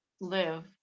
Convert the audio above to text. live